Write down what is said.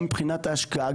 גם מבחינת ההשקעה,